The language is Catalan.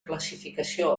classificació